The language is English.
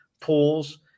pools